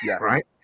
right